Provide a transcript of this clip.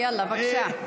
30 שניות, יאללה, בבקשה.